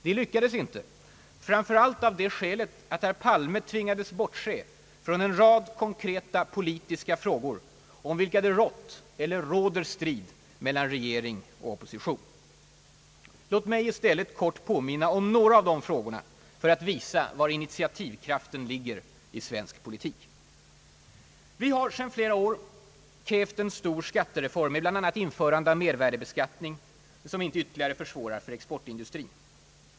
Det lyckades inte — framför allt av det skälet att herr Palme tvingades bortse från en rad konkreta politiska frågor, om vilka det rått eller råder strid mellan regering och opposition. Låt mig i stället kort påminna om några av de frågorna för att visa var initiativkraften ligger i svensk politik. Vi har sedan flera år krävt en stor skattereform med bl.a. införande av en mervärdebeskatitining som inte ytterligare försvårar för exportindustrin.